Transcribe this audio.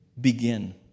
begin